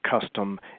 custom